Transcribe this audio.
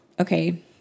Okay